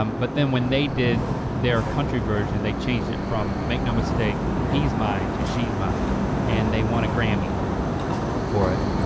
um but then when they did their country version, they changed it from make no mistake, he's mine to she's mine and they won a grammy for it.